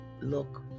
look